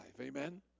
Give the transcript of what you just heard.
Amen